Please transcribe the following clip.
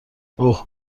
اوه